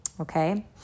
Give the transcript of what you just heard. Okay